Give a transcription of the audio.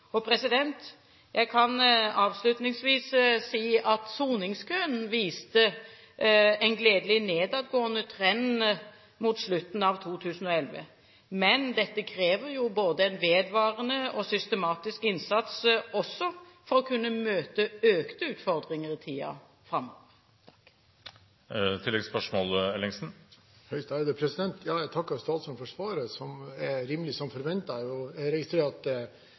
Jeg kan avslutningsvis si at det er en gledelig trend at soningskøen var nedadgående mot slutten av 2011. Men dette krever en både vedvarende og systematisk innsats også for å kunne møte økte utfordringer i tiden framover. Jeg takker statsråden for svaret, som er rimelig som forventet. Jeg registrerer at